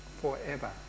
forever